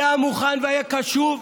היה מוכן והיה קשוב,